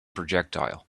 projectile